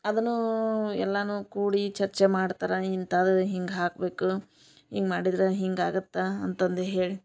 ಅದನ್ನೂ ಎಲ್ಲಾನು ಕೂಡಿ ಚರ್ಚೆ ಮಾಡ್ತಾರ ಇಂಥದ್ ಹಿಂಗೆ ಹಾಕಬೇಕು ಹಿಂಗ್ ಮಾಡಿದರ ಹಿಂಗೆ ಆಗತ್ತಾ ಅಂತಂದು ಹೇಳಿ